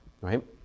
right